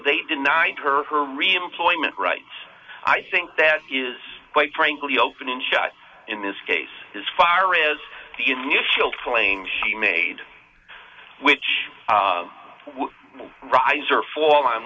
they denied her her reemployment rights i think that is quite frankly open and shut in this case as far as the initial claims she made which would rise or fall on